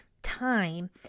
time